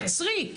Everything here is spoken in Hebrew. תעצרי.